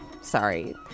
Sorry